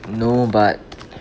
no but